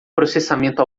processamento